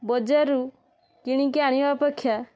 ବଜାରରୁ କିଣିକି ଆଣିବା ଅପେକ୍ଷା